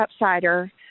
upsider